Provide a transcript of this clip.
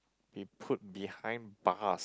be put behind bars